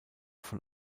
von